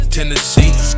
Tennessee